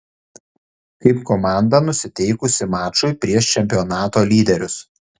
kaip komanda nusiteikusi mačui prieš čempionato lyderius